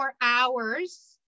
hours